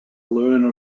learner